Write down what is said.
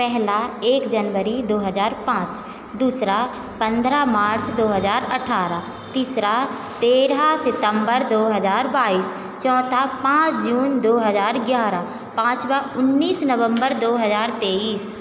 पहला एक जनवरी दो हज़ार पाँच दूसरा पन्द्रह मार्च दो हज़ार अठारह तीसरा तेरह सितम्बर दो हज़ार बाइस चौथा पाँच जून दो हज़ार ग्यारह पाँचवाँ उन्नीस नवम्बर दो हज़ार तेइस